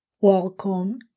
welcome